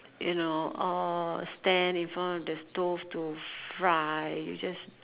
you know uh stand in front of the stove to fry you just